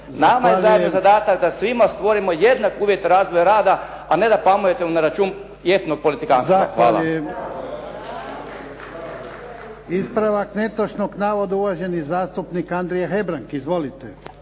Nama je zato zadatak da svim stvorimo jednake uvjete razvoja rada a ne da pametujemo na račun tijesnog politikanstva.